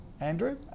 Andrew